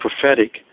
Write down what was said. prophetic